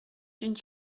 d’une